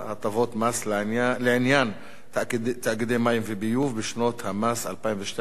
מס לעניין תאגידי מים וביוב בשנות המס 2011 2015),